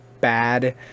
bad